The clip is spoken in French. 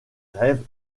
grèves